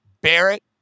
Barrett